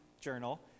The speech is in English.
journal